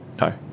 No